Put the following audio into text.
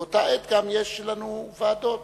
ובאותה עת יש לנו גם ועדות,